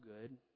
good